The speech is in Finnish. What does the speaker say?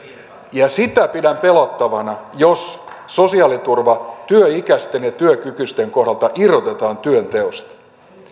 ja sitä pidän pelottavana jos sosiaaliturva työikäisten ja työkykyisten kohdalta irrotetaan työnteosta